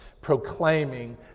proclaiming